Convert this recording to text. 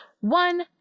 One